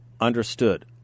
Understood